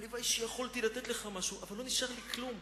הלוואי שיכולתי לתת לך משהו, אבל לא נשאר לי כלום.